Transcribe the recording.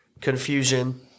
confusion